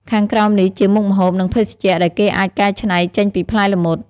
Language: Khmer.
ខាងក្រោមនេះជាមុខម្ហូប និងភេសជ្ជៈដែលគេអាចកែច្នៃចេញពីផ្លែល្មុត